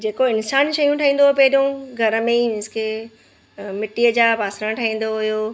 जेको इंसानु शयूं ठाहींदो हुओ पहिरियों घर में मींस की मिटीअ जा बासण ठाहींदो हुओ